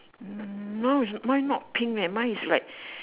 no mine not pink eh mine is like